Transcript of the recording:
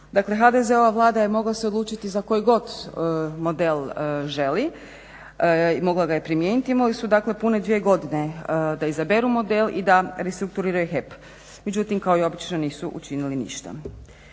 HDZ-ova vlada se mogla odlučiti za koji god model želi, mogla ga je primijeniti, imali su dakle pune dvije godine da izaberu model i da restrukturiraju HEP. Međutim kao i obično nisu učinili ništa.